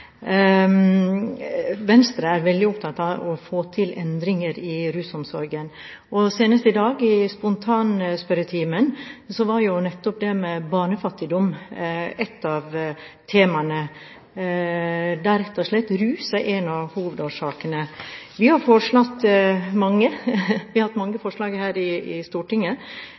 Venstre er veldig opptatt av å få til endringer i rusomsorgen. Senest i dag, i spontanspørretimen, var nettopp det med barnefattigdom, der rett og slett rus er en av hovedårsakene, ett av temaene. Vi har hatt mange forslag her i Stortinget.